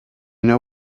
know